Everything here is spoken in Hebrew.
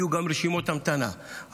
היו גם רשימות המתנה.